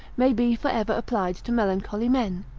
may be for ever applied to melancholy men,